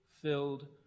filled